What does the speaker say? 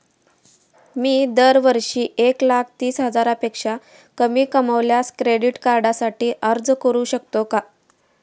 मी दरवर्षी एक लाख तीस हजारापेक्षा कमी कमावल्यास क्रेडिट कार्डसाठी अर्ज करू शकतो का?